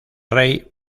rey